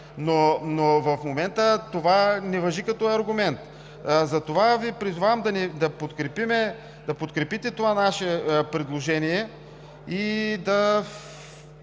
но в момента това не важи като аргумент. Затова Ви призовавам да подкрепите това наше предложение и да